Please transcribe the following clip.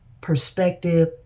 perspective